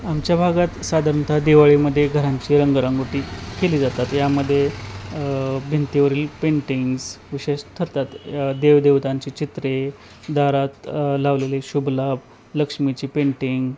आमच्या भागात साधारणतः दिवाळीमध्ये घरांची रंगरंगोटी केली जातात यामध्ये भिंतीवरील पेंटिंग्ज् विशेष ठरतात देवदेवतांची चित्रे दारात लावलेले शुभ लाभ लक्ष्मीची पेंटिंग